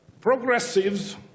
Progressives